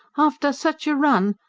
after sich a run!